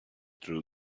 through